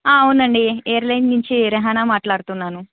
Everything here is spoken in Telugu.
అవునండి ఎయిర్లైన్ నుంచి రెహానా మాట్లాడుతున్నాను